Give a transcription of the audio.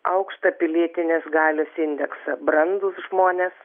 aukštą pilietinės galios indeksą brandūs žmonės